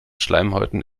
schleimhäuten